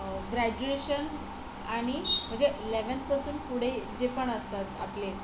graduation आणि म्हणजे लेवेनपासून पुढे जे पण असतात आपले